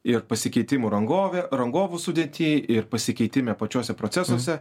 ir pasikeitimų rangovė rangovų sudėty ir pasikeitime pačiuose procesuose